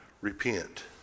Repent